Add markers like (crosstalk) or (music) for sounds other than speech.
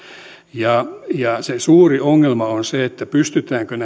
ja ja se suuri ongelma on se että pystytäänkö (unintelligible)